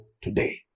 today